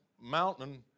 mountain